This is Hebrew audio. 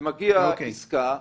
ומגיעה עסקה